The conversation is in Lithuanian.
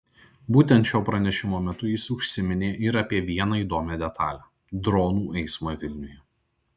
būtent šio pranešimo metu jis užsiminė ir apie vieną įdomią detalę dronų eismą vilniuje